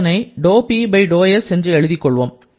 இதனை ∂P∂s என்று எழுதிக் கொள்வோம்